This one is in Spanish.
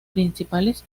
principales